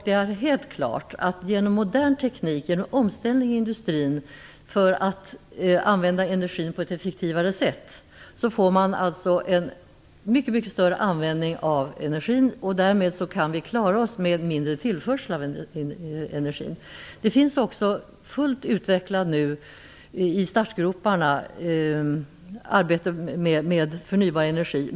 Det är helt klart att man genom modern teknik och genom omställningen i industrin kan använda energin på ett effektivare sätt. Därmed kan vi klara oss med mindre tillförsel av energi. Det finns redan fullt utvecklat i startgroparna, arbete med förnybar energi.